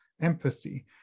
empathy